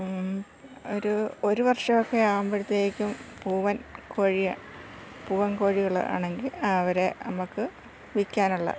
ഒരു ഒരു വർഷമൊക്കെ ആവുമ്പോഴത്തേക്കും പൂവൻ കോഴി പൂവൻ കോഴികളാണെങ്കിൽ അവരെ നമ്മൾക്ക് വിൽക്കാനുള്ളത്